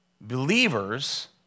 believers